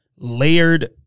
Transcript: layered